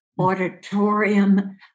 auditorium